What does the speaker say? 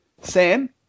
Sam